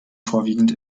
vorwiegend